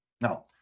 Now